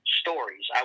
stories